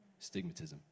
stigmatism